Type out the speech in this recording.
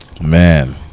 man